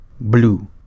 Blue